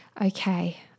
okay